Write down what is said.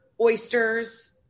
oysters